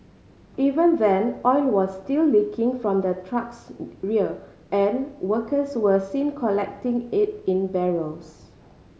even then oil was still leaking from the truck's rear and workers were seen collecting it in barrels